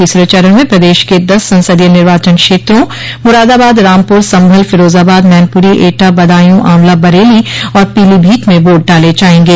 तीसरे चरण में प्रदेश के दस संसदीय निर्वाचन क्षेत्रों मुरादाबाद रामपुर सम्मल फिरोजाबाद मैनपुरी एटा बदायू ऑवला बरेली और पीलीभीत में वोट डाले जायेंगे